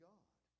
God